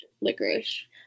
licorice